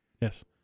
yes